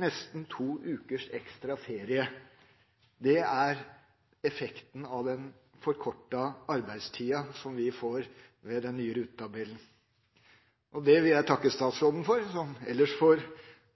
nesten to uker ekstra ferie. Det er effekten av den forkortede arbeidstida som vi får med den nye rutetabellen. Det vil jeg takke statsråden for, som ellers